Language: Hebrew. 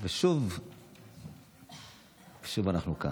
ושוב אנחנו כאן.